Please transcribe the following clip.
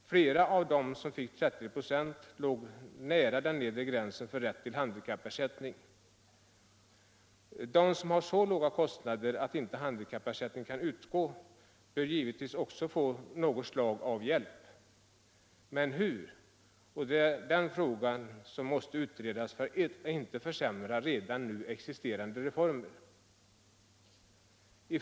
Flera av dem som fick 30 96 låg nära den nedre gränsen för rätt till handikappersättning. De som har så låga kostander att inte handikappersättning kan utgå bör givetvis också få något slag av hjälp. Men hur? Det är den frågan som måste utredas för att inte försämra redan nu existerande reformer.